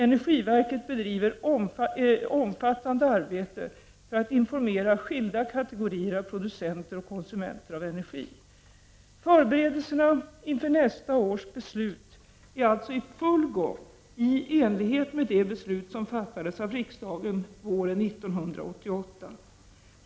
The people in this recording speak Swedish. Energiverket bedriver omfattande arbete för att informera skilda kategorier av producenter och konsumenter av energi. Förberedelserna inför nästa års beslut är alltså i full gång i enlighet med de beslut som fattades av riksdagen våren 1988.